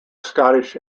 scottish